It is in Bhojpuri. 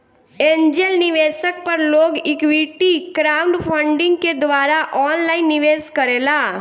एंजेल निवेशक पर लोग इक्विटी क्राउडफण्डिंग के द्वारा ऑनलाइन निवेश करेला